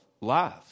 life